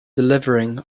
delivering